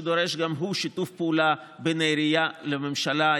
שדורש גם הוא שיתוף פעולה בין העירייה לממשלה.